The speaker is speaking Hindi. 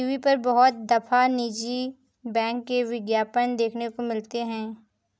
टी.वी पर बहुत दफा निजी बैंक के विज्ञापन देखने को मिलते हैं